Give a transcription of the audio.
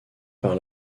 par